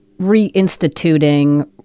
reinstituting